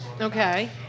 Okay